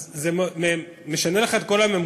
אז זה משנה לך את כל הממוצע.